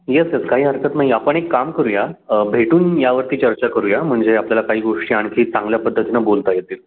yes yes काही हरकत नाही आपण एक काम करूया भेटून यावरती चर्चा करूया म्हणजे आपल्याला काही गोष्टी आणखी चांगल्या पद्धतीनं बोलता येतील